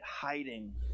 hiding